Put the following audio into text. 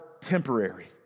temporary